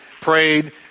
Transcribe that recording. prayed